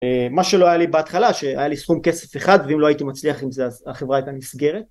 מה שלא היה לי בהתחלה שהיה לי סכום כסף אחד ואם לא הייתי מצליח עם זה החברה הייתה נסגרת